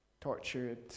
tortured